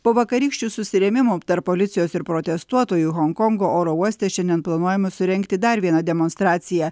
po vakarykščių susirėmimų tarp policijos ir protestuotojų honkongo oro uoste šiandien planuojama surengti dar vieną demonstraciją